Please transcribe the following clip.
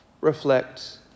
reflect